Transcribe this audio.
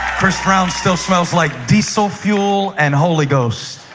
first round still smells like diesel fuel and holy ghost.